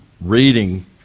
reading